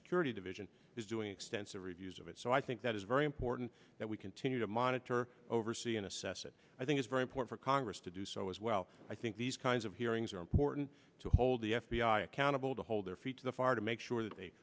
security division is doing extensive reviews of it so i think that is very important that we continue to monitor oversee a necessity i think it's very important congress to do so as well i think these kinds of hearings are important to hold the f b i accountable to hold their feet to the fire to make sure that they